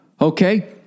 okay